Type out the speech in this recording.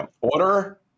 order